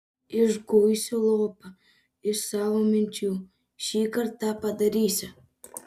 išguisiu lopą iš savo minčių šįkart tą padarysiu